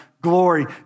glory